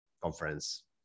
conference